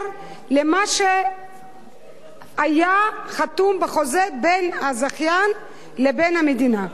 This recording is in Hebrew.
למה שהיה חתום בחוזה בין הזכיין לבין המדינה.